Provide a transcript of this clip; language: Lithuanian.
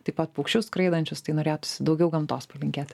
taip pat paukščius skraidančius tai norėtųsi daugiau gamtos palinkėt